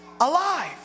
alive